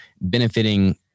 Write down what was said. benefiting